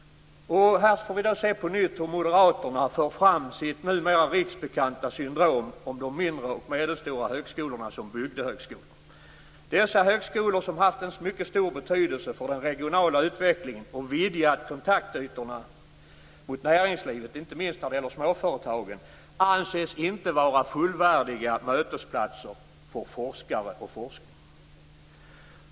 Här får vi på nytt se hur Moderaterna för fram sin numera riksbekanta syn på de mindre och medelstora högskolorna som "bygdehögskolor". Dessa högskolor som haft en mycket stor betydelse för den regionala utvecklingen och vidgat kontaktytorna mot näringslivet, inte minst när det gäller småföretagen, anses inte vara fullvärdiga mötesplatser för forskare och forskning.